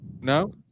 No